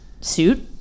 suit